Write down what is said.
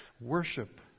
worship